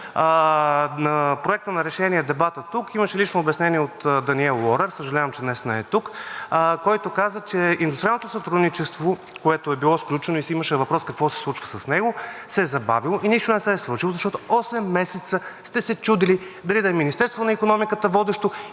Проекта на решение, дебатът тук, имаше лично обяснение от Даниел Лорер, съжалявам, че той днес не е тук, който каза, че индустриалното сътрудничество, което е било сключено, и имаше въпрос: какво се случва с него, се е забавило и нищо не се е случило, защото осем месеца сте се чудили дали водещо да е Министерството на икономиката или